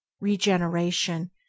regeneration